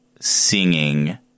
singing